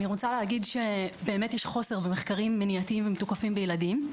אני רוצה להגיד שבאמת יש חוסר במחקרים מניעתיים ומתוקפים בילדים.